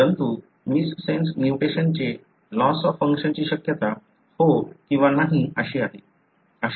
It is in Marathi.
परंतु मिससेन्स म्युटेशन्सचे लॉस ऑफ फंक्शनची शक्यता हो किंवा नाही अशी आहे